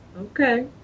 Okay